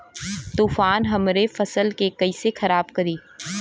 तूफान हमरे फसल के कइसे खराब करी?